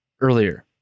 earlier